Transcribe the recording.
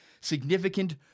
significant